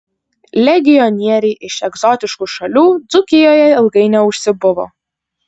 legionieriai iš egzotiškų šalių dzūkijoje ilgai neužsibuvo